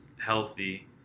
healthy